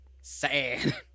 Sad